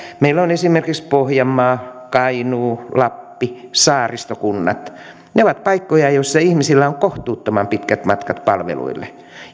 meillä on esimerkiksi pohjanmaa kainuu lappi saaristokunnat ne ovat paikkoja joissa ihmisillä on kohtuuttoman pitkät matkat palveluille